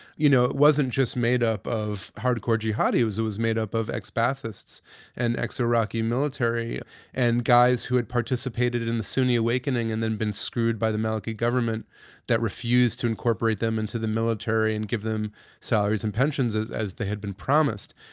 you know, it wasn't just made up of hardcore jihadi. it was it was made up of ex-ba'athists and ex-iraqi military and guys who had participated in the sunni awakening, and then been screwed by the maliki government that refuse to incorporate them into the military, and give them salaries and pensions as as they had been promised.